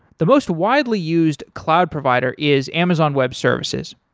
the most widely used cloud provider is amazon web services,